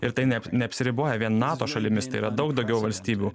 ir tai ne neapsiriboja vien nato šalimis tai yra daug daugiau valstybių